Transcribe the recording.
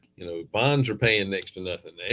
you know, bonds are paying next to nothing.